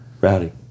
Rowdy